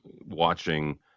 watching